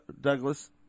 Douglas